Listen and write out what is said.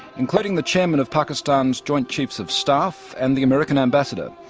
including the chairman of pakistan's joint chiefs of staff and the american ambassador.